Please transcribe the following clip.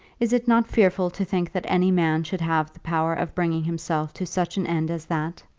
is it not fearful to think that any man should have the power of bringing himself to such an end as that?